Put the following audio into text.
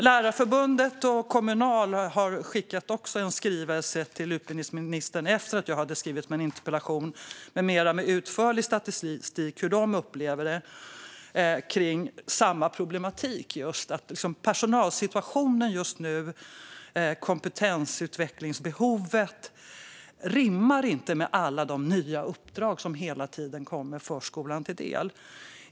Lärarförbundet och Kommunal skickade en skrivelse till utbildningsministern efter att jag hade skrivit min interpellation men med mer utförlig statistik och om hur de upplever samma problematik. Personalsituationen just nu och kompetensutvecklingsbehovet rimmar inte med alla de nya uppdrag som hela tiden tillkommer för förskolan.